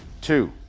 two